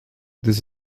this